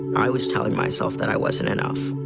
i was telling myself that i wasn't enough.